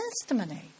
testimony